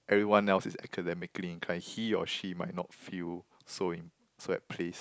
everyone else is academically inclined he or she might not feel so so at place